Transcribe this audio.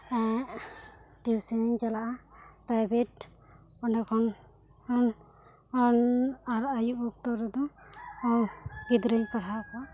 tuition ᱤᱧ ᱪᱟᱞᱟᱜᱼᱟ private ᱚᱸᱰᱮ ᱠᱷᱚᱱ ᱟᱸᱱ ᱟᱨᱚ ᱟᱹᱭᱩᱵ ᱚᱠᱛᱚ ᱨᱮᱫᱚ ᱜᱤᱫᱽᱨᱟᱹᱧ ᱯᱟᱲᱦᱟᱣ ᱠᱚᱣᱟ